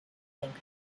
length